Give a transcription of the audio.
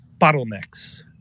bottlenecks